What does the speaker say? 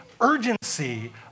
urgency